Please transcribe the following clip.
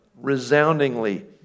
Resoundingly